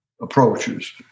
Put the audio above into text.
approaches